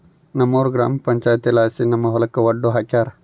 ನಮ್ಮೂರ ಗ್ರಾಮ ಪಂಚಾಯಿತಿಲಾಸಿ ನಮ್ಮ ಹೊಲಕ ಒಡ್ಡು ಹಾಕ್ಸ್ಯಾರ